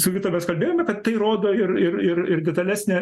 su vita mes kalbėjome kad tai rodo ir ir ir ir detalesnę